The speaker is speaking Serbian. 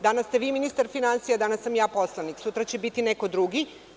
Danas ste vi ministar finansija, danas sam ja poslanik, sutra će biti neko drugi.